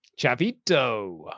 Chavito